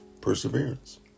perseverance